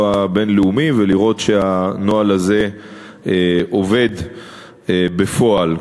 בין-לאומי כדי לראות שהנוהל הזה עובד בפועל.